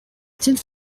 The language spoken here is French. tienne